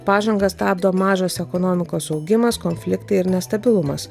pažangą stabdo mažas ekonomikos augimas konfliktai ir nestabilumas